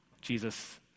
Jesus